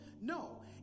No